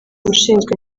ushinzwe